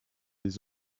les